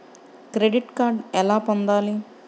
Credit card ఎలా పొందాలి?